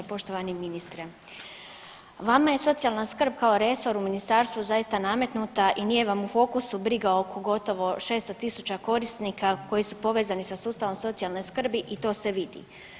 Poštovani ministre, vama je socijalna skrb kao resor u Ministarstvu zaista nametnuta i nije vam u fokusu briga oko gotovo 600 tisuća korisnika koji su povezani sa sustavom socijalne skrbi i to se vidi.